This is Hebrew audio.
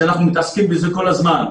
שאנחנו מתעסקים בזה כל הזמן,